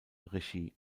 regie